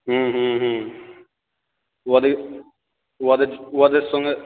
হুম হুম হুম ওদের ওদের ওদের সঙ্গে